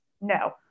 no